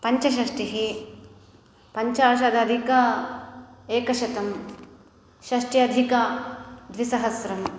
पञ्चषष्टिः पञ्चाशदधिकेकशतं षष्ट्यधिकद्विसहस्रम्